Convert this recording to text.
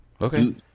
okay